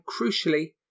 crucially